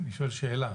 אני שואל שאלה.